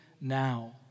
now